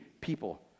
people